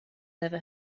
never